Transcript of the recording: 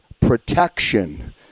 protection